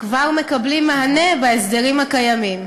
כבר מקבלים מענה בהסדרים הקיימים.